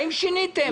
האם שיניתם?